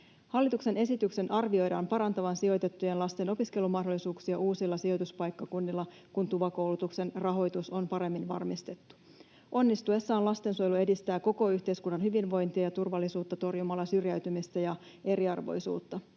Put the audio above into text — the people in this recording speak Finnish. Hallituksen esityksen arvioidaan parantavan sijoitettujen lasten opiskelumahdollisuuksia uusilla sijoituspaikkakunnilla, kun TUVA-koulutuksen rahoitus on paremmin varmistettu. Onnistuessaan lastensuojelu edistää koko yhteiskunnan hyvinvointia ja turvallisuutta torjumalla syrjäytymistä ja eriarvoisuutta.